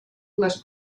les